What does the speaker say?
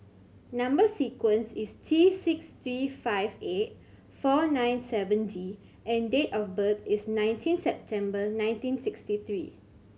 number sequence is T six three five eight four nine seven D and date of birth is nineteen September nineteen sixty three